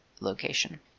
location